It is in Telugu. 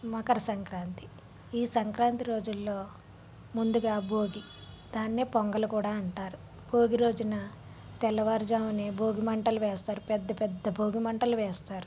మకర సంక్రాంతి ఈ సంక్రాంతి రోజులలో ముందుగా భోగి దాన్ని పొంగల్ కూడా అంటారు భోగి రోజున తెల్లవారుజామున భోగిమంటలు వేస్తారు పెద్ద పెద్ద భోగి మంటలు వేస్తారు